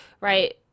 right